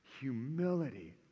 humility